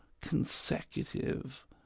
consecutive